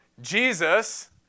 Jesus